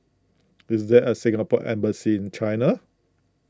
is there a Singapore Embassy in China